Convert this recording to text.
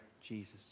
Jesus